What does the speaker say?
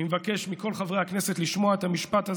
אני מבקש מכל חברי הכנסת לשמוע את המשפט הזה,